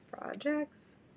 projects